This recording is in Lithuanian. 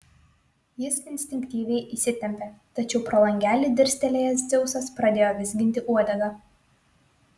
jis instinktyviai įsitempė tačiau pro langelį dirstelėjęs dzeusas pradėjo vizginti uodegą